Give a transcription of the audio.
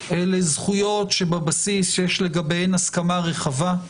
אלה זכויות שבבסיס יש לגביהן הסכמה רחבה.